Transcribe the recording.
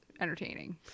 entertaining